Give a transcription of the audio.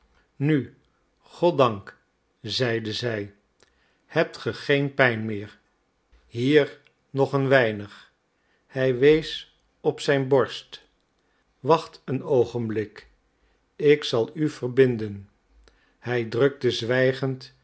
nu goddank zeide zij hebt ge geen pijn meer hier nog een weinig hij wees op zijn borst wacht een oogenblik ik zal u verbinden hij drukte zwijgend